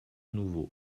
nouveau